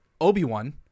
Obi-Wan